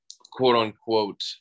quote-unquote